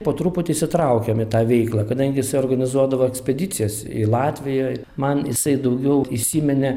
po truputį įsitraukėm į tą veiklą kadangi jisai organizuodavo ekspedicijas į latvijoj man jisai daugiau įsiminė